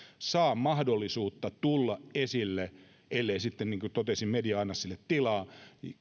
saa mahdollisuutta tulla esille ellei sitten niin kuin totesin media anna sille tilaa